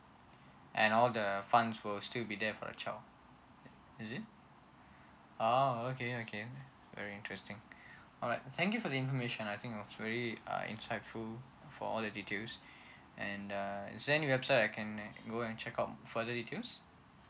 and all the funds will still be there for the child is it oh okay okay very interesting alright thank you for information I think it was very uh insightful for all the details and uh is there any website I can go and check out further details